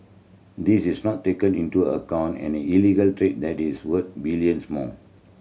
this is not taken into account an illegal trade that is worth billions more